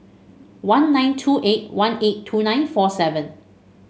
one nine two eight one eight two nine four seven